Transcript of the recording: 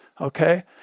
Okay